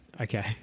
Okay